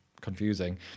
confusing